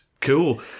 cool